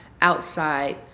outside